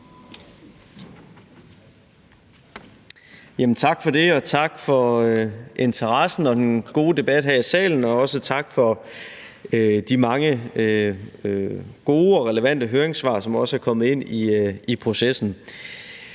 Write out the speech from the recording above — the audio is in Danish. Tak for det. Og tak for interessen for forslaget og for den gode debat her i salen, og også tak for de mange gode og relevante høringssvar, som er kommet ind i processen.